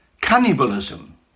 cannibalism